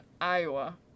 Iowa